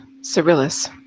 Cyrillus